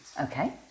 Okay